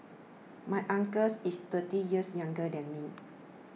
my uncle's is thirty years younger than me